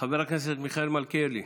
מיכאל מלכיאלי.